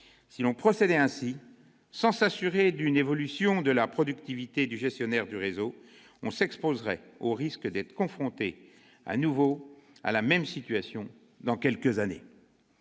Si l'on procédait ainsi, sans s'assurer d'une évolution de la productivité du gestionnaire du réseau, on s'exposerait au risque d'être confronté de nouveau à la même situation, dans quelques années.